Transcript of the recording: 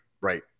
Right